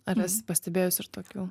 ar esi pastebėjus ir tokių